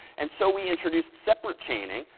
and so we introduced separate chaining,